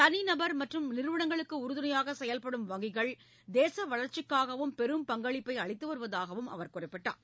கனி நபர்கள் மற்றும் நிறுவனங்களுக்கு உறுதுணையாக செயல்படும் வங்கிகள் தேச வளர்ச்சிக்காகவும் பெரும் பங்களிப்பை அளித்து வருவதாக அவர் குறிப்பிட்டார்